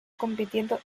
compitiendo